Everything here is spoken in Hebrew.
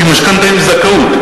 שהיא משכנתה עם זכאות,